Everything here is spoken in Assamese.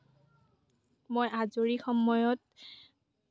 মই আজৰি সময়ত